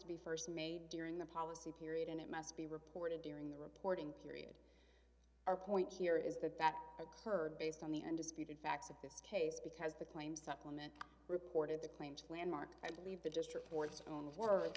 to be st made during the policy period and it must be reported during the reporting period our point here is that that occurred based on the undisputed facts of this case because the claim supplement reported the claims landmark i believe the district court's own words